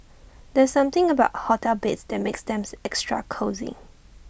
there's something about hotel beds that makes them extra cosy